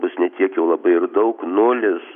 bus ne tiek jau labai daug nulis